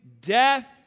death